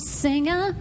singer